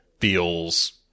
feels